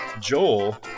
Joel